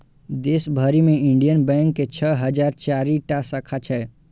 देश भरि मे इंडियन बैंक के छह हजार चारि टा शाखा छै